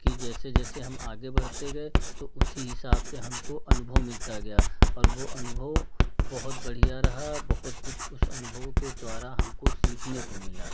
कि जैसे जैसे हम आगे बढ़ते गए तो उसी हिसाब से हमको अनुभव मिलता गया और वो अनुभव बहुत बढ़िया रहा बहुत कुछ उस अनुभव के द्वारा हमको सीखने को मिला